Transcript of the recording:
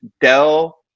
Dell